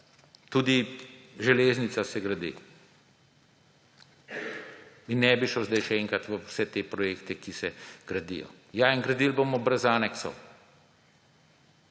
Tudi železnica se gradi. Ne bi šel sedaj še enkrat v vse te projekte, ki se gradijo. Ja, gradili bomo brez aneksov.